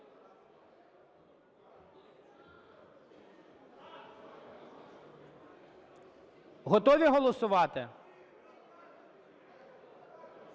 Готові голосувати?